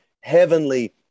heavenly